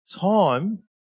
time